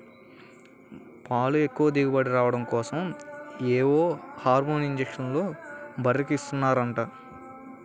పాలు ఎక్కువ దిగుబడి రాడం కోసరం ఏవో హార్మోన్ ఇంజక్షన్లు బర్రెలకు ఎక్కిస్తన్నారంట